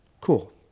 Cool